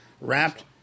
wrapped